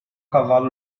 cavalo